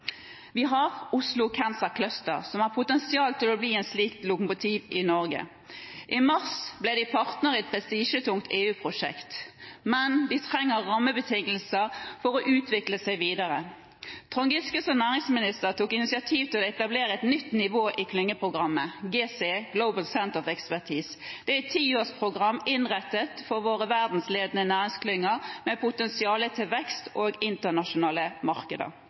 Vi har Oslo Cancer Cluster som har potensial til å bli et slikt lokomotiv i Norge. I mars ble de partner i et prestisjetungt EU-prosjekt, men de trenger rammebetingelser for å utvikle seg videre. Trond Giske som næringsminister tok initiativ til å etablere et nytt nivå i klyngeprogrammet GCE, Global Centres for Expertise. Det er et tiårsprogram innrettet for våre verdensledende næringsklynger med potensial til vekst og internasjonale markeder.